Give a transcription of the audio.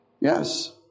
yes